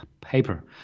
paper